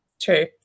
True